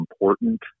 important